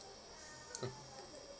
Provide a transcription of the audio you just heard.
mm